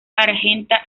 argenta